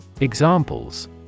Examples